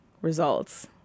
results